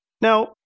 Now